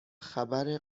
خبر